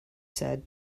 said